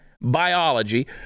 biology